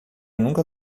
nunca